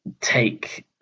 take